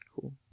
Cool